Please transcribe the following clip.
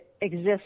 exists